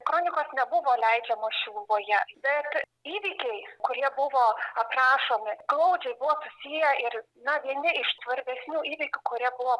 kronikos nebuvo leidžiamos šiluvoje bet įvykiai kurie buvo aprašomi glaudžiai buvo susiję ir na vieni iš svarbesnių įvykių kurie buvo